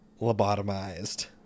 Lobotomized